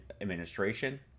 administration